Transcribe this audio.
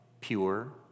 pure